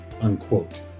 unquote